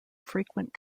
frequent